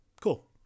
Cool